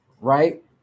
right